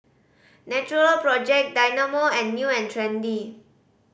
Natural Project Dynamo and New and Trendy